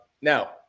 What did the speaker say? Now